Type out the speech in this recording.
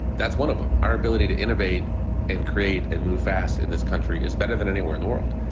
that's one of them. our ability to innovate and create and move fast in this country is better than anywhere in the world.